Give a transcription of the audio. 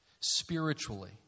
spiritually